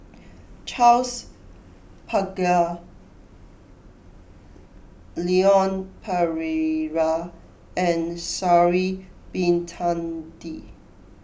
Charles Paglar Leon Perera and Sha'ari Bin Tadin